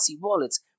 wallets